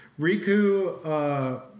Riku